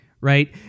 right